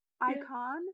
icon